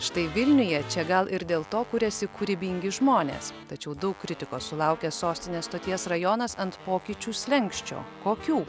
štai vilniuje čia gal ir dėl to kuriasi kūrybingi žmonės tačiau daug kritikos sulaukęs sostinės stoties rajonas ant pokyčių slenksčio kokių